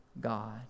God